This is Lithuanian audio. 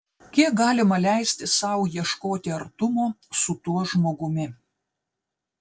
kiek galima leisti sau ieškoti artumo su tuo žmogumi